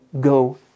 go